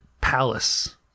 palace